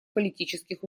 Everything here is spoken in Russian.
политических